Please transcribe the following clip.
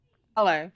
Hello